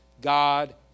God